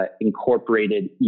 incorporated